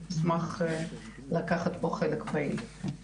אני אשמח לקחת פה חלק פעיל.